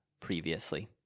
previously